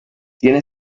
tiene